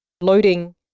loading